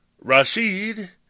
Rashid